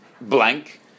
blank